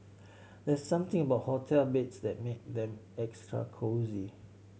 there's something about hotel beds that makes them extra cosy